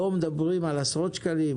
כאן מדברים על עשרות שקלים,